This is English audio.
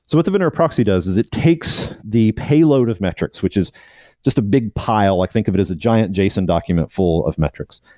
what the veneur proxy does is it takes the payload of metrics, which is just a big pile, i think of it as a giant json document full of metrics.